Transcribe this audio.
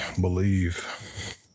believe